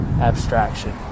abstraction